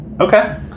okay